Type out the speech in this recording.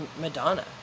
Madonna